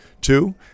two